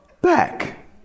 back